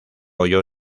oyó